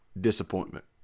disappointment